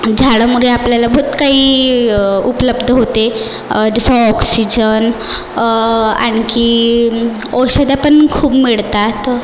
झाडामुळे आपल्याला बहूत काही उपलब्ध होते जसं ऑक्सिजन आणखी औषधं पण खूप मिळतात